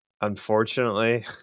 Unfortunately